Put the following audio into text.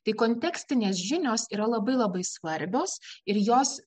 tai kontekstinės žinios yra labai labai svarbios ir jos